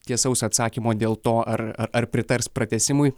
tiesaus atsakymo dėl to ar ar ar pritars pratęsimui